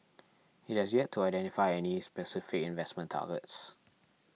it has yet to identify any specific investment targets